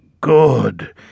good